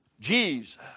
Jesus